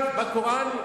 מהקוראן.